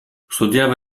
studiava